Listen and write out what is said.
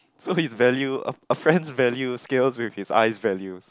so his value a a friend's value scales with his eyes values